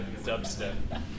dubstep